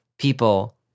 people